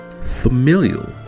familial